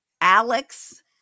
Alex